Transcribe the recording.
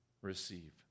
receive